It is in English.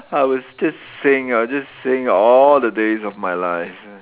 I was just sing I'll just sing all the days of my life